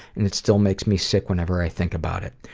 and it still makes me sick whenever i think about it.